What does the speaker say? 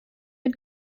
mit